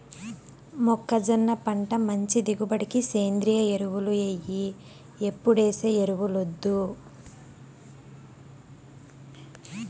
మొక్కజొన్న పంట మంచి దిగుబడికి సేంద్రియ ఎరువులు ఎయ్యి ఎప్పుడేసే ఎరువులొద్దు